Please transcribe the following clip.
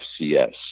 FCS